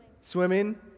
Swimming